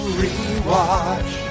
rewatch